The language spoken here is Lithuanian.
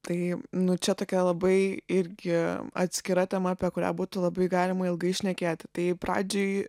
tai nu čia tokia labai irgi atskira tema apie kurią būtų labai galima ilgai šnekėti tai pradžiai